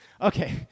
Okay